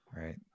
Right